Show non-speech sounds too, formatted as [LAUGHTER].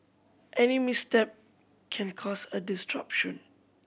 any misstep can cause a [UNINTELLIGIBLE]